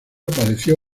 apareció